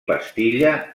pastilla